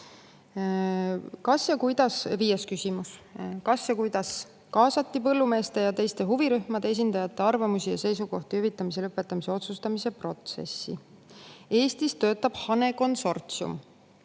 "Kas ja kuidas kaasati põllumeeste ja teiste huvirühmade esindajate arvamusi ja seisukohti hüvitamise lõpetamise otsustamise protsessi?" Eestis töötab hanekonsortsium.